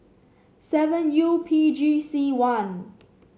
seven U P G C one